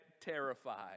terrified